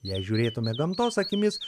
jei žiūrėtume gamtos akimis